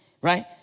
right